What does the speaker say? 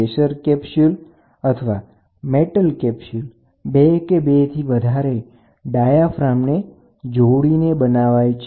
pressure capsule અથવા metal capsule બે કે બેથી વધારે ડાયાફાર્મને જોડીને બનાવાય છે